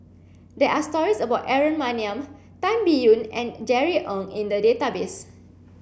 there are stories about Aaron Maniam Tan Biyun and Jerry Ng in the database